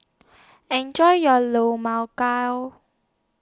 Enjoy your Low Mao Gao